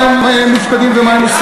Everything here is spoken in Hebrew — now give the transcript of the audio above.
שאתם הייתם חלק ממנו,